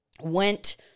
went